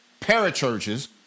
parachurches